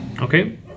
Okay